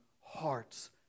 hearts